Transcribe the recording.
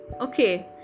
Okay